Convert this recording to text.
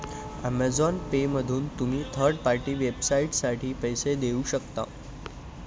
Amazon पेमधून तुम्ही third party वेबसाइटसाठी पैसे देऊ शकता